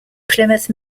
plymouth